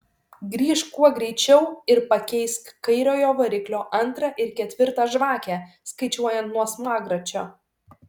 grįžk kuo greičiau ir pakeisk kairiojo variklio antrą ir ketvirtą žvakę skaičiuojant nuo smagračio